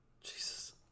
Jesus